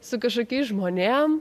su kažkokiais žmonėms